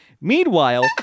Meanwhile